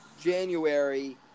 January